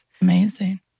Amazing